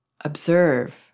observe